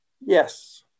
Yes